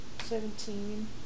Seventeen